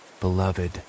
beloved